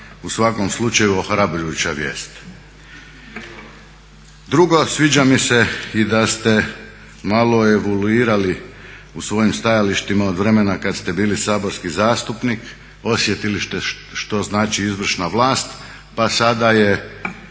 u svakom slučaju ohrabrujuća vijest. Drugo, sviđa mi se i da ste malo evoluirali u svojim stajalištima od vremena kad ste bili saborski zastupnik, osjetili ste što znači izvršna vlast, pa sada je